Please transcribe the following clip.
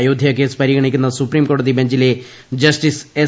Ayodhya case പരിഗണിക്കുന്ന സുപ്രീംകോടതി ബഞ്ചിലെ ് ജസ്റ്റിസ് എസ്